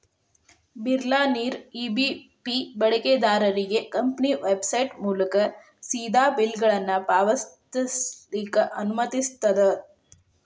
ಬಿಲ್ಲರ್ನೇರ EBP ಬಳಕೆದಾರ್ರಿಗೆ company website ಮೂಲಕಾ ಸೇದಾ ಬಿಲ್ಗಳನ್ನ ಪಾವತಿಸ್ಲಿಕ್ಕೆ ಅನುಮತಿಸ್ತದ